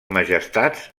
majestats